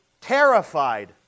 terrified